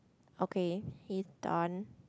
okay he done